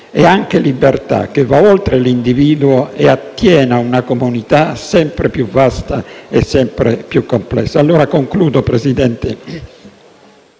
è anche libertà, che va oltre l'individuo e attiene a una comunità, sempre più vasta e sempre più complessa. Signor Presidente,